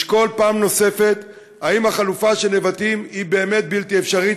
לשקול פעם נוספת אם החלופה של נבטים היא באמת בלתי אפשרית,